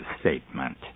statement